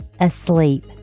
asleep